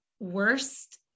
Worst